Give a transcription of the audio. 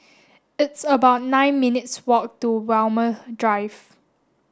it's about nine minutes walk to Walmer Drive